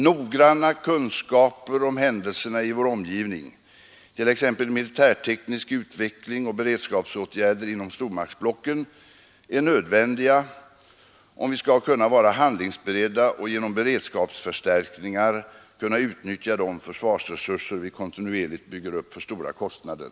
Noggranna kunskaper om händelserna i vår 18 maj 1973 omgivning, t.ex. militärteknisk utveckling och beredskapsåtgärder inom stormaktsblocken, är nödvändiga om vi skall kunna vara handlings Å”8. den s.k. beredda och genom beredskapsförstärkningar kunna utnyttja de försvars = informationsbyråns resurser vi kontinuerligt bygger upp för stora kostnader.